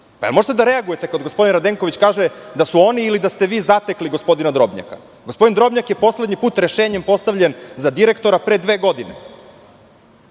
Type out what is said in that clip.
možete da reagujete kad gospodin Radenković kaže da su oni ili da ste vi zatekli gospodina Drobnjaka. Gospodin Drobnjak je poslednji put rešenjem postavljen za direktora pre dve godine.